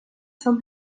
són